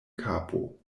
kapo